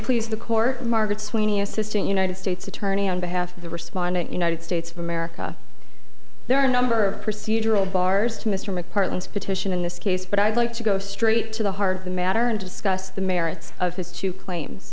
please the court margaret sweeney assistant united states attorney on behalf of the respondent united states of america there are a number of procedural bars to mr mcpartland's petition in this case but i'd like to go straight to the heart of the matter and discuss the merits of his two cla